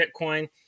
Bitcoin